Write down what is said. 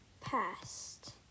past